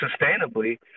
sustainably